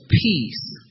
peace